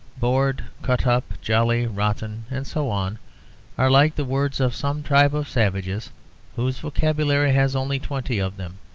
bored, cut up jolly, rotten and so on are like the words of some tribe of savages whose vocabulary has only twenty of them.